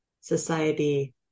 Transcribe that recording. society